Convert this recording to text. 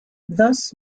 thus